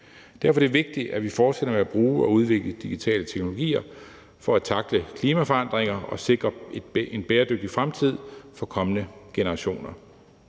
Derfor er det vigtigt, at vi fortsætter med at bruge og udvikle digitale teknologier for at tackle klimaforandringer og sikre en bæredygtig fremtid for kommende generationer.